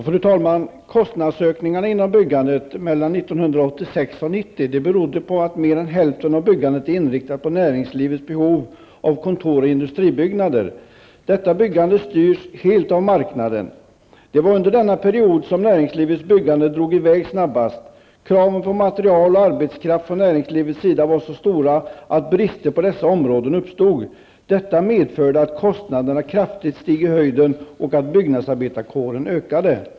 Fru talman! Kostnadsökningarna inom byggsektorn mellan år 1986 och 1990 berodde på att mer än hälften av byggandet var inriktat på näringslivets behov av kontor och industribyggandet. Detta byggande styrs helt av marknaden. Under denna period drog näringslivets byggande i väg snabbast. Kraven på material och arbetskraft ifrån näringslivets sida var så stora att brister uppstod på dessa områden. Detta medförde att kostnaderna steg i höjden kraftigt och att byggnadsarbetarkåren blev större.